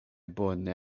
bone